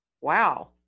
wow